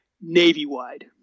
Navy-wide